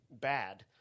bad